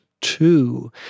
Two